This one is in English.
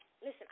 listen